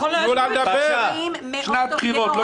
שנת בחירות.